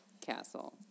Castle